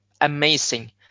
amazing